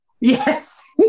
Yes